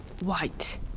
White